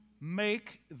make